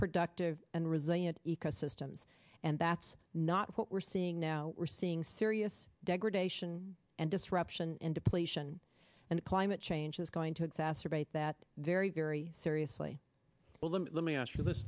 productive and resilient ecosystems and that's not what we're seeing now we're seeing serious degradation and disruption and depletion and climate change is going to exacerbate that very very seriously well let me ask you this